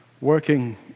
working